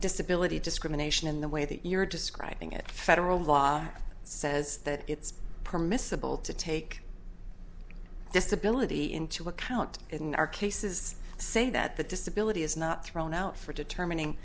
disability discrimination in the way that you're describing it federal law says that it's permissible to take disability into account in our case is saying that the disability is not thrown out for determining